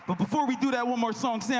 but before we do that one more song, yeah